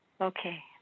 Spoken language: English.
Okay